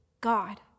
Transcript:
God